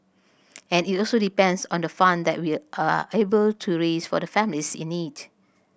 and it also depends on the fund that we are able to raise for the families in need